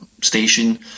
station